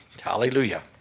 Hallelujah